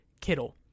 Kittle